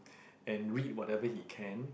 and read whatever he can